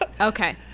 Okay